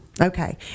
okay